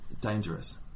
dangerous